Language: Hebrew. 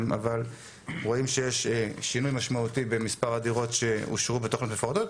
אבל רואים שיש שינוי משמעותי במספר הדירות שאושרו בתוכניות מפורטות,